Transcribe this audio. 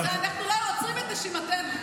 חברת הכנסת טלי.